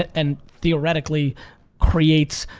and theoretically creates,